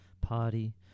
party